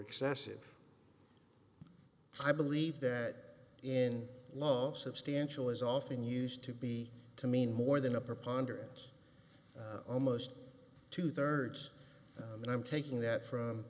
excessive i believe that in law substantial is often used to be to mean more than a preponderance almost two thirds and i'm taking that from